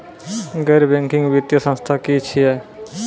गैर बैंकिंग वित्तीय संस्था की छियै?